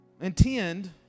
intend